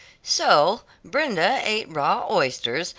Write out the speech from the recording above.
so brenda ate raw oysters,